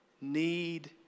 need